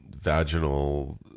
vaginal